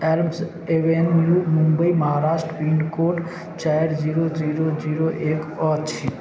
alum avenue Mumbai Maharashtra pin code चारि zero zero zero एक अछि